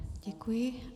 Děkuji.